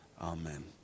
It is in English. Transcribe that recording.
Amen